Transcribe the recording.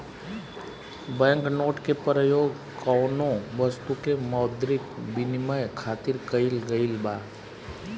bank note के परयोग कौनो बस्तु के मौद्रिक बिनिमय खातिर कईल गइल बा